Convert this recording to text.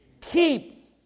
Keep